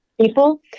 people